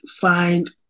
find